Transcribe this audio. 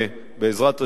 בעזרת השם,